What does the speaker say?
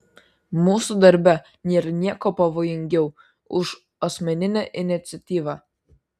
mūsų darbe nėra nieko pavojingiau už asmeninę iniciatyvą